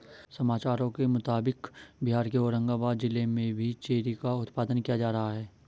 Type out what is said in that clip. समाचारों के मुताबिक बिहार के औरंगाबाद जिला में भी चेरी का उत्पादन किया जा रहा है